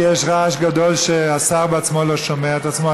כי יש רעש גדול והשר בעצמו לא שומע את עצמו.